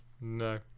No